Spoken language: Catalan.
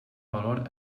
valor